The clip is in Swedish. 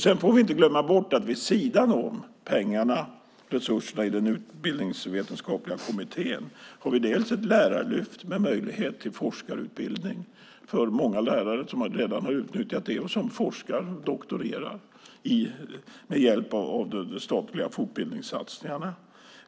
Sedan får vi inte glömma bort att vid sidan om resurserna i den utbildningsvetenskapliga kommittén har vi ett lärarlyft med möjlighet till forskarutbildning. Det är många lärare som redan har utnyttjat det och forskar och doktorerar med hjälp av de statliga fortbildningssatsningarna.